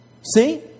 See